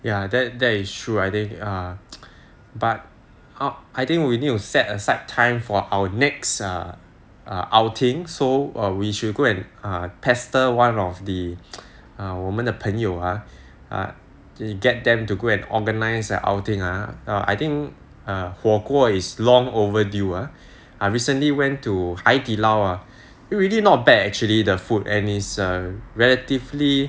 ya that that is true I think ah but I think we need to set aside time for our next outing so err we should go and err pester one of the err 我们的朋友 ah to get them to go and organise an outing ah err I think err 火锅 is long overdue ah I recently went to Haidilao ah really not bad actually the food and is err relatively